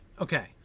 Okay